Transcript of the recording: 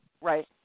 Right